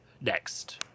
next